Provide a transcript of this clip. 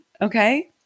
Okay